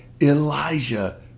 Elijah